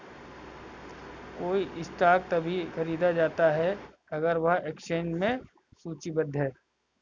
कोई स्टॉक तभी खरीदा जाता है अगर वह एक्सचेंज में सूचीबद्ध है